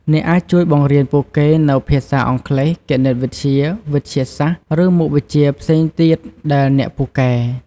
អ្នកអាចជួយបង្រៀនពួកគេនូវភាសាអង់គ្លេស គណិតវិទ្យា វិទ្យាសាស្ត្រ ឬមុខវិជ្ជាផ្សេងទៀតដែលអ្នកពូកែ។